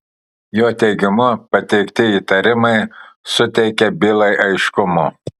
jo teigimu pateikti įtarimai suteikia bylai aiškumo